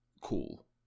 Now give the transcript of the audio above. Cool